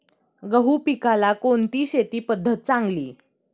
गहू पिकाला कोणती शेती पद्धत चांगली?